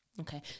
Okay